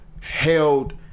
held